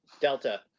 Delta